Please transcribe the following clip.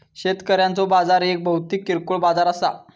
शेतकऱ्यांचो बाजार एक भौतिक किरकोळ बाजार असा